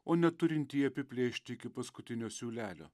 o neturintį apiplėšti iki paskutinio siūlelio